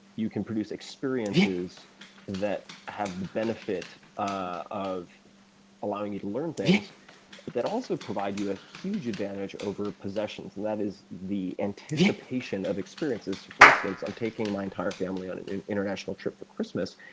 you can produce experiences that have the benefit ah of allowing you to learn things but that also provide you a huge advantage over possessions. and that is the anticipation of experiences. so, for instance, i'm taking my entire family on an international trip for christmas.